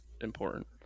important